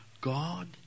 God